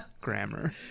grammar